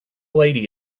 lady